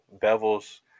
Bevel's